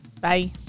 Bye